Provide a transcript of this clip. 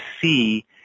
see